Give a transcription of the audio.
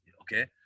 okay